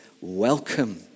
welcome